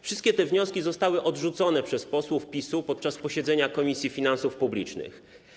Wszystkie te wnioski zostały odrzucone przez posłów PiS-u podczas posiedzenia Komisji Finansów Publicznych.